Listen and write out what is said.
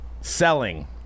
selling